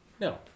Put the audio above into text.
No